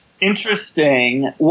interesting